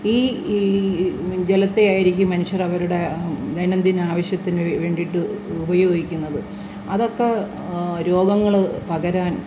ഈ ഈ ജലത്തെ ആയിരിക്കും മനുഷ്യർ അവരുടെ ദൈന്യം ദിന ആവശ്യത്തിന് വേണ്ടിയിട്ട് ഉപയോഗിക്കുന്നത് അതൊക്കെ രോഗങ്ങൾ പകരാൻ